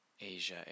Asia